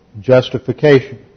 justification